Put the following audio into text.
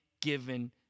given